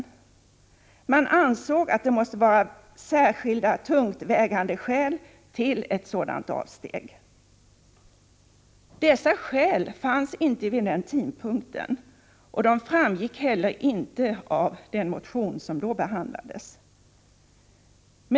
Utskottet ansåg att det måste finnas särskilda, tungt vägande skäl för att göra ett sådant avsteg. Sådana skäl fanns inte vid den tidpunkten, och de framgick inte heller av den motion som då behandlades.